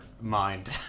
mind